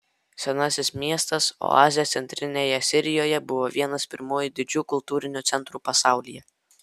senasis miestas oazė centrinėje sirijoje buvo vienas pirmųjų didžių kultūrinių centrų pasaulyje